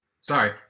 Sorry